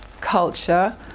culture